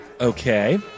Okay